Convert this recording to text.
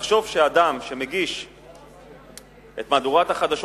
לחשוב שאדם שמגיש את מהדורת החדשות